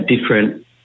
different